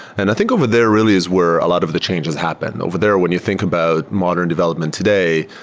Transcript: and i think over there really is where a lot of the changes happen. over there, when you think about modern development today,